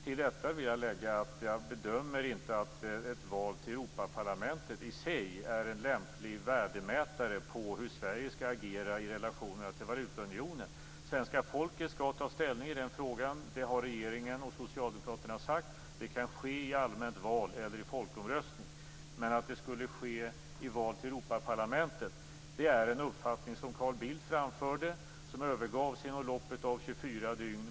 Till detta vill jag lägga att jag inte bedömer att ett val till Europaparlamentet i sig är en lämplig värdemätare på hur Sverige skall agera i fråga om relationerna till valutaunionen. Svenska folket skall ta ställning i den frågan. Det har regeringen och Socialdemokraterna sagt, och det kan ske i allmänt val eller i folkomröstning. Att det skulle ske i valet till Europaparlamentet är en uppfattning som Carl Bildt framfört och som övergavs inom loppet av 24 timmar.